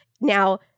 Now